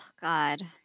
God